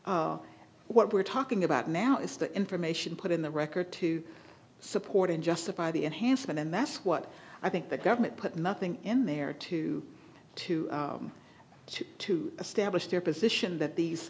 crime what we're talking about now is the information put in the record to support and justify the enhancement and that's what i think the government put nothing in there to to to to establish their position that these